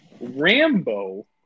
Rambo